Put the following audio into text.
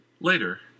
Later